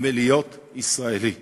ולהיות ישראלי: